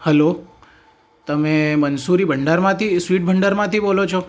hello તમે મનસુરી ભંડારમાંથી sweet ભંડારમાંથી બોલો છો